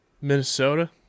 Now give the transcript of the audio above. Minnesota